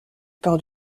peur